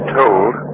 told